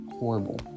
Horrible